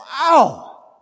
Wow